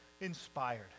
inspired